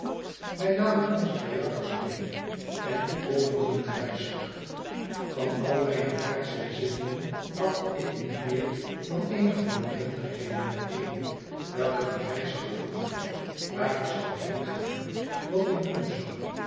wij namen onze pijjakkers mede en ik bovendien een reiszak yan al mijne aardsche bezittingen pakte ik niet meer dan eenige noodwendigheden bijeen welke dien reiszak vulden waar ik zou heengaan wat ik doen zou